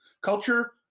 culture